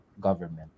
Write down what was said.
government